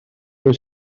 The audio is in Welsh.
pwy